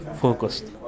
focused